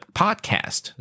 podcast